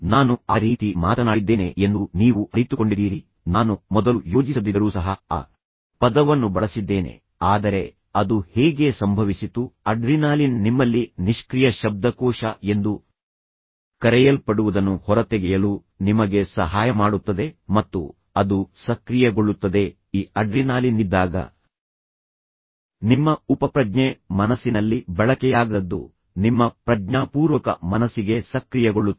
ನಾನು ಆ ರೀತಿ ಮಾತನಾಡಿದ್ದೇನೆ ಎಂದು ನೀವು ಅರಿತುಕೊಂಡಿದ್ದೀರಿ ನಾನು ಮೊದಲು ಯೋಜಿಸದಿದ್ದರೂ ಸಹ ಆ ಪದವನ್ನು ಬಳಸಿದ್ದೇನೆ ಆದರೆ ಅದು ಹೇಗೆ ಸಂಭವಿಸಿತು ಅಡ್ರಿನಾಲಿನ್ ನಿಮ್ಮಲ್ಲಿ ನಿಷ್ಕ್ರಿಯ ಶಬ್ದಕೋಶ ಎಂದು ಕರೆಯಲ್ಪಡುವದನ್ನು ಹೊರತೆಗೆಯಲು ನಿಮಗೆ ಸಹಾಯ ಮಾಡುತ್ತದೆ ಮತ್ತು ಅದು ಸಕ್ರಿಯಗೊಳ್ಳುತ್ತದೆ ಈ ಅಡ್ರಿನಾಲಿನ್ ಇದ್ದಾಗ ನಿಮ್ಮ ಉಪಪ್ರಜ್ಞೆ ಮನಸ್ಸಿನಲ್ಲಿ ಬಳಕೆಯಾಗದದ್ದು ನಿಮ್ಮ ಪ್ರಜ್ಞಾಪೂರ್ವಕ ಮನಸ್ಸಿಗೆ ಸಕ್ರಿಯಗೊಳ್ಳುತ್ತದೆ